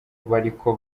bariko